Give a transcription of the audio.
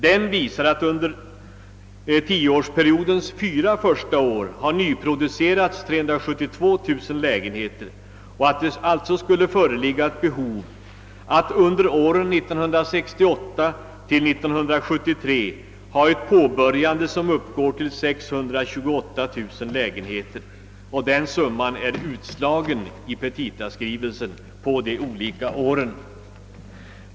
Den visar också att det under tioårsperiodens fyra första år har nyproducerats 372 000 lägenheter och att det alltså under åren 1968—1973 skulle föreligga behov av ett påbörjande som uppgår till 628 000 lägenheter. Denna summa är i petitaskrivelsen utslagen på de olika åren.